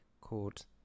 called